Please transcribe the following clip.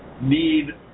need